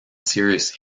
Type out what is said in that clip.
serious